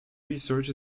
research